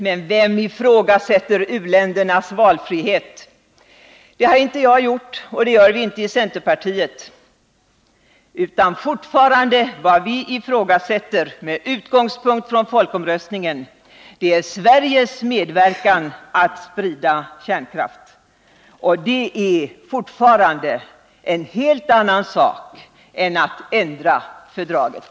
Men vem ifrågasätter uländernas valfrihet? Det har inte jag gjort och det gör vi inte i centerpartiet, utan vad vi ifrågasätter — med utgångspunkt från folkomröstningen — är Sveriges medverkan i spridningen av kärnkraft, och det är fortfarande en helt annan sak än att ändra fördraget.